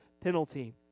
penalty